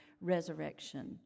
resurrection